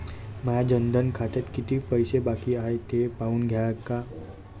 माया जनधन खात्यात कितीक पैसे बाकी हाय हे पाहून द्यान का?